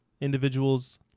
Individuals